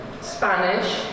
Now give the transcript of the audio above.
Spanish